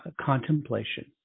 contemplation